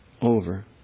over